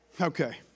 Okay